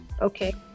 Okay